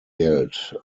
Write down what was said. geld